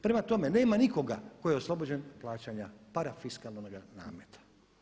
Prema tome nema nikoga tko je oslobođen plaćanja parafiskalnoga nameta.